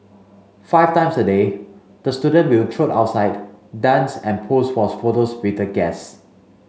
five times a day the student will trot outside dance and pose for photos with the guests